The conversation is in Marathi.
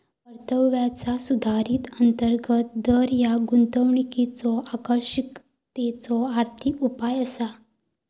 परताव्याचा सुधारित अंतर्गत दर ह्या गुंतवणुकीच्यो आकर्षकतेचो आर्थिक उपाय असा